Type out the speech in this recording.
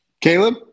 Caleb